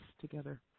together